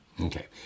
Okay